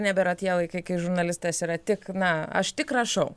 nebėra tie laikai kai žurnalistas yra tik na aš tik rašau